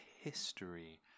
history